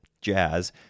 jazz